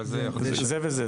אבל זה --- זה וזה,